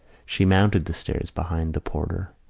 she mounted the stairs behind the porter,